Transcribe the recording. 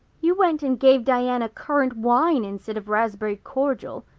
you went and gave diana currant wine instead of raspberry cordial.